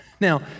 Now